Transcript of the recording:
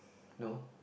no